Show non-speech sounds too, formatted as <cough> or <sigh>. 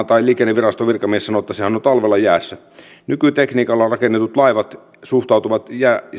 <unintelligible> tai liikenneviraston virkamies varmaan sanoo että sehän on talvella jäässä nykytekniikalla rakennetut laivat suhtautuvat